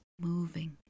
moving